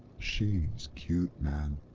she's cute man!